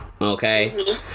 Okay